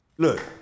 Look